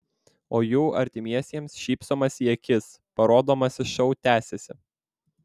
o jų artimiesiems šypsomasi į akis parodomasis šou tęsiasi